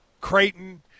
Creighton